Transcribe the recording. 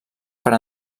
per